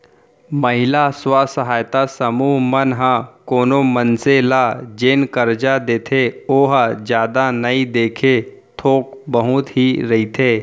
महिला स्व सहायता समूह मन ह कोनो मनसे ल जेन करजा देथे ओहा जादा नइ देके थोक बहुत ही रहिथे